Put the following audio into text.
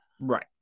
Right